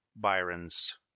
Byron's